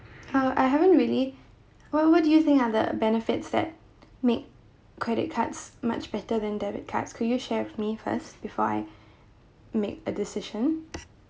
oh I haven't really what what do you think are the benefits that make credit cards much better than debit cards could you share with me first before I make a decision